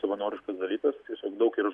savanoriškas dalykas tiesiog daug yra